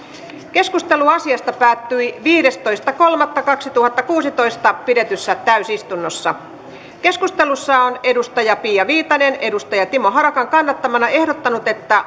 keskustelu asiasta päättyi viidestoista kolmatta kaksituhattakuusitoista pidetyssä täysistunnossa keskustelussa on pia viitanen timo harakan kannattamana ehdottanut että